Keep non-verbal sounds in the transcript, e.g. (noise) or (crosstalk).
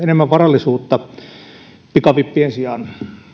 (unintelligible) enemmän varallisuutta pikavippien sijaan